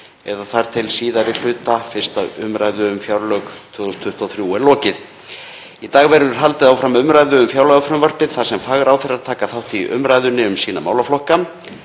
eða þar til síðari hluta 1. umr. um fjárlög 2023 er lokið. Í dag verður haldið áfram umræðu um fjárlagafrumvarpið þar sem fagráðherrar taka þátt í umræðunni um sína málaflokka.